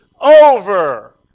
over